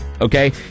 Okay